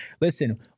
Listen